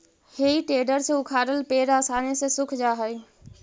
हेइ टेडर से उखाड़ल पेड़ आसानी से सूख जा हई